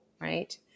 right